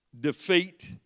defeat